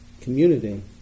community